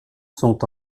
sont